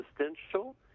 existential